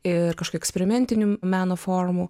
ir kažkokių eksperimentinių meno formų